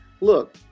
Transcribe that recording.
look –